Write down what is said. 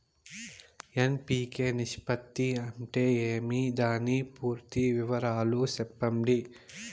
NPK నిష్పత్తి అంటే ఏమి దాని పూర్తి వివరాలు సెప్పండి?